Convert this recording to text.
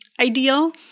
ideal